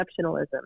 exceptionalism